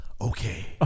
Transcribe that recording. okay